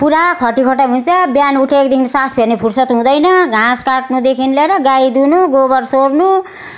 पुरा खटिखटाइ हुन्छ बिहान उठेकोदेखि सास फेर्ने फुर्सद हुँदैन घाँस काट्नुदेखि लिएर गाई दुहनु गोबर सोहोर्नु